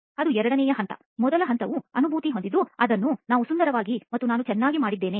ನಾನು ಅದನ್ನು ಮಾಡುತ್ತೇನೆ ಮೊದಲ ಹಂತವು ಅನುಭೂತಿ ಹೊಂದಿದ್ದು ಅದನ್ನು ನಾನು ಸುಂದರವಾಗಿ ಮತ್ತು ನಾನು ಚೆನ್ನಾಗಿ ಮಾಡಿದ್ದೇನೆ